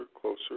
closer